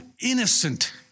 innocent